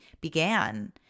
began